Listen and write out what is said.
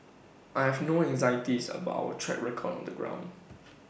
I have no anxieties about our track record on the ground